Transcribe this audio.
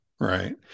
right